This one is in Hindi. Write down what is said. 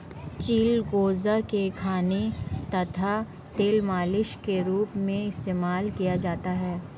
चिलगोजा को खाने तथा तेल मालिश के रूप में इस्तेमाल किया जाता है